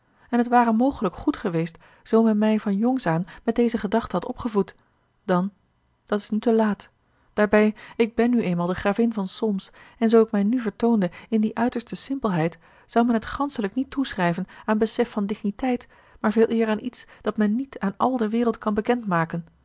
en het ware mogelijk goed geweest zoo men mij van jongs aan met deze gedachte had opgevoed dan dat is nu te laat daarbij ik ben nu eenmaal de gravin van solms en zoo ik mij nu vertoonde in die uiterste simpelheid zou men het ganschelijk niet toeschrijven aan besef van digniteit maar veeleêr aan iets dat men niet aan al de wereld kan bekend maken